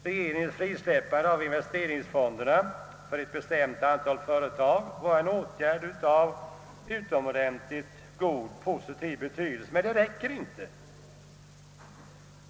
Regeringens frisläppande av investeringsfonderna för ett begränsat antal företag var en åtgärd av stor positiv betydelse, men det räcker inte.